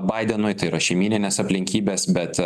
baidenui tai yra šeimyninės aplinkybės bet